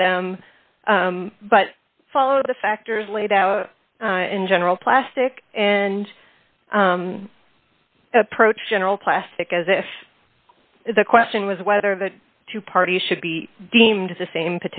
with them but follow the factors laid out in general plastic and approached general plastic as if the question was whether the two parties should be deemed the same